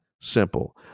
simple